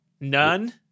None